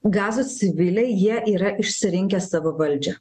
gazos civiliai jie yra išsirinkę savo valdžią